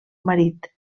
marit